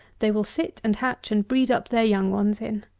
they will sit and hatch and breed up their young ones in.